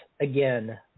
again